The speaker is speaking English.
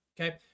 Okay